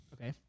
Okay